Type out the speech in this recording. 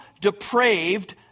depraved